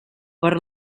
per